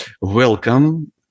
welcome